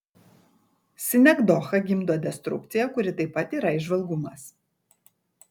sinekdocha gimdo destrukciją kuri taip pat yra įžvalgumas